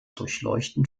durchleuchten